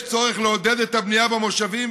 יש צורך לעודד את הבנייה במושבים,